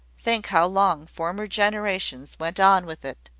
think how long former generations went on with it!